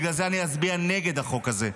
בגלל זה אצביע נגד החוק הזה.